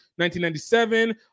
1997